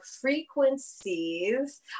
frequencies